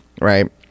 right